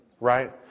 right